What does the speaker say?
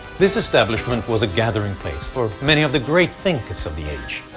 this establishment was a gathering place for many of the great thinkers of the age.